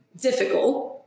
difficult